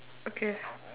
okay